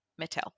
Mattel